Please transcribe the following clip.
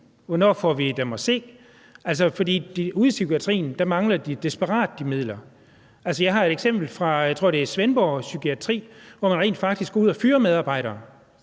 Hvornår får vi dem at se? For ude i psykiatrien mangler de desperat de midler. Altså, jeg har et eksempel – jeg tror det er fra Svendborg psykiatri – hvor man rent faktisk går ud og fyrer medarbejdere,